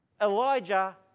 Elijah